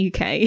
UK